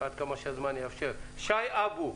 שי אבו,